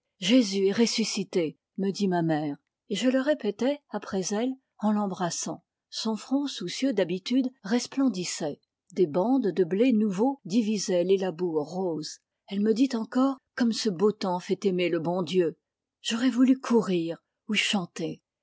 est ressuscité me dit ma mère et je le répétai après elle en l'embrassant son front soucieux d'habitude resplendissait des bandes de blé nouveau divisaient les labours roses elle me dit encore comme ce beau temps fait aimer le bon dieu j'aurais voulu courir ou chanter